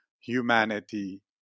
humanity